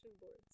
boards